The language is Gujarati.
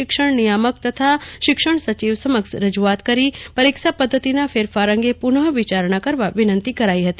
શિક્ષણ નિયામક તથા શિક્ષણ સચિવ સમક્ષ રજૂઆત કરી પરીક્ષા પદ્ધતિના કેરફાર અંગે પુન વિચારણા કરવા વિનંતી કરાઈ હતી